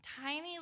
tiny